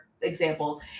example